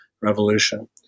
Revolution